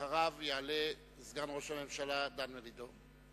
אחריו יעלה סגן ראש הממשלה, דן מרידור.